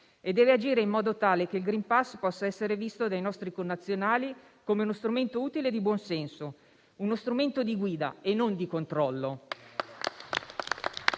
Deve agire in modo tale che il *green pass* possa essere visto dai nostri connazionali come uno strumento utile e di buon senso, uno strumento di guida e non di controllo.